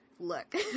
Look